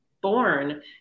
born